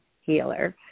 healer